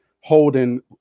holding